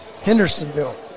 Hendersonville